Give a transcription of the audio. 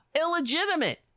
illegitimate